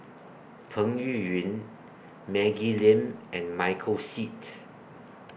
Peng Yuyun Maggie Lim and Michael Seet